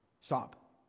Stop